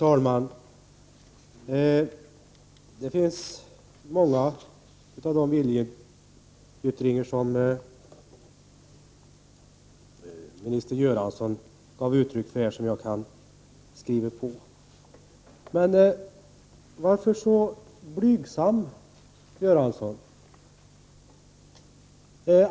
Fru talman! Många av de viljeyttringar som statsrådet Göransson gav uttryck för kan jag instämma i. Men varför vara så blygsam, statsrådet Göransson?